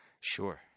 Sure